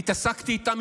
התעסקתי איתם,